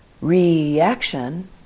Reaction